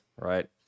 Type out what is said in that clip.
right